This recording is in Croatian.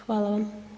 Hvala vam.